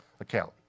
account